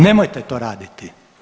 Nemojte to raditi.